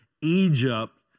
Egypt